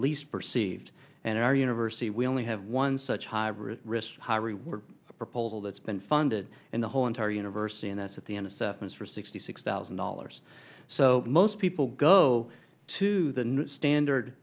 least perceived and in our university we only have one such high risk high reward proposal that's been funded in the whole entire universe cns at the end assessments for sixty six thousand dollars so most people go to the new standard